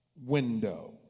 window